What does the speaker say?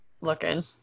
looking